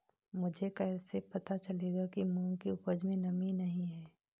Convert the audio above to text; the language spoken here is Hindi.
मुझे कैसे पता चलेगा कि मूंग की उपज में नमी नहीं है?